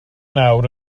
nawr